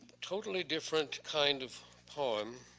totally different kind of poem